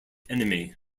enemy